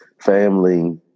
family